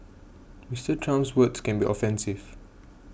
Mister Trump's words can be offensive